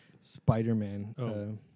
Spider-Man